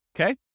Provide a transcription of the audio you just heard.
Okay